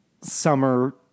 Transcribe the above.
summer